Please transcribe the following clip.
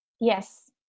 Yes